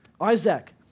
Isaac